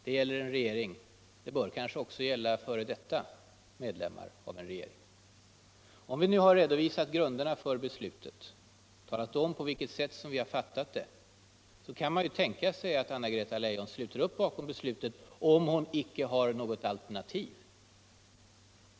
Det gäller en regering, och det bör kanske också gälla f.d. medlemmar av en regering. När vi nu redovisat grunderna för beslutet och talat om på vilket sätt vi fattat det bör väl Anna-Greta Leijon sluta upp bakom beslutet om hon inte har något alternativ.